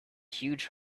huge